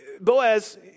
Boaz